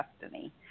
destiny